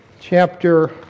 Chapter